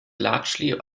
largely